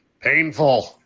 Painful